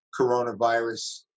coronavirus